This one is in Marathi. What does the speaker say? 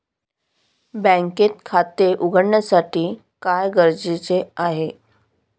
बँकेत खाते उघडण्यासाठी काय गरजेचे आहे?